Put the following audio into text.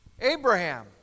Abraham